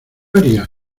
harías